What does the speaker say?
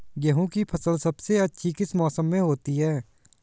गेंहू की फसल सबसे अच्छी किस मौसम में होती है?